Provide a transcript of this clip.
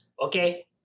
Okay